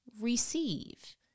receive